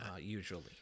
usually